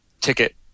ticket